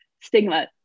stigma